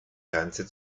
grenze